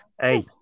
Hey